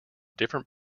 different